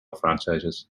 franchises